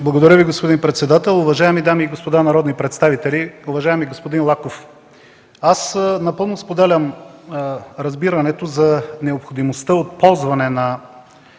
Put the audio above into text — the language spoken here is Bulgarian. Благодаря, господин председател. Уважаеми дами и господа народни представители, уважаеми господин Лаков! Напълно споделям разбирането за необходимостта от ползване на